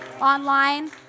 Online